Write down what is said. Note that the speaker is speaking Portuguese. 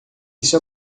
isso